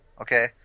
okay